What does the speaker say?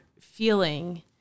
feeling